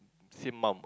same mum what